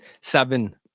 seven